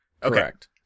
correct